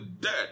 dead